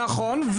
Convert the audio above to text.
נכון,